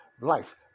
Life